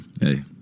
hey